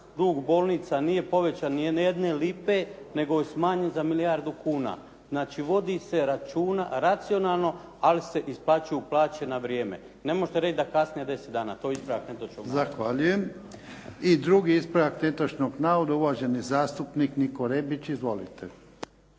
dug bolnica nije povećan ni jedne lipe, nego je smanjen za milijardu kuna. znači vodi se računa racionalno, ali se isplaćuju plaće na vrijeme. Ne možete reći da kasne 10 dana. To je ispravak netočnog navoda. **Jarnjak, Ivan (HDZ)** Zahvaljujem. I drugi ispravak netočnoga navoda, uvaženi zastupnik Niko Rebić. Izvolite.